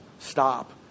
stop